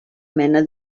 mena